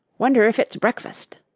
wonder if it's breakfast.